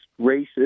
racist